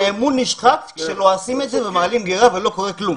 האמון נשחק כשלועסים את זה ומעלים גרה ולא קורה כלום.